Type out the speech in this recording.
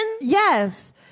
Yes